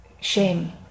shame